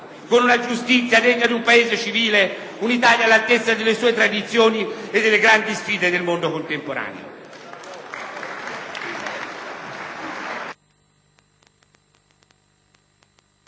con una giustizia degna di un Paese civile, un'Italia all'altezza delle sue tradizioni e delle grandi sfide del mondo contemporaneo.